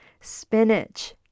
spinach